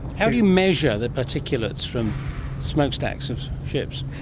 how do you measure the particulates from smokestacks of ships?